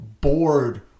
bored